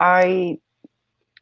i